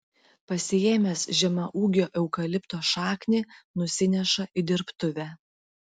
pasiėmęs žemaūgio eukalipto šaknį nusineša į dirbtuvę